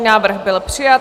Návrh byl přijat.